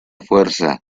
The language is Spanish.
fuerza